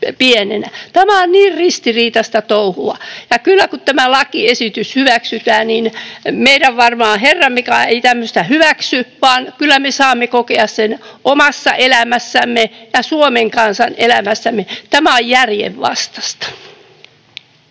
Tämä on niin ristiriitaista touhua. Ja kun tämä lakiesitys hyväksytään, varmaan meidän Herrammekaan ei tämmöistä hyväksy, vaan kyllä me saamme kokea sen omassa elämässämme ja Suomen kansan elämässä. Tämä on järjenvastaista.